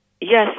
yes